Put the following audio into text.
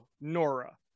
Nora